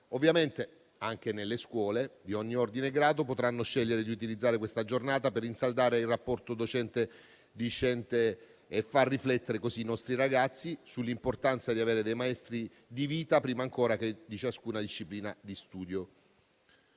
Ovviamente, anche le scuole di ogni ordine e grado potranno scegliere di utilizzare questa Giornata per rinsaldare il rapporto docente-discente e far riflettere così i nostri ragazzi sull'importanza di avere maestri di vita, prima ancora che di ciascuna disciplina di studio.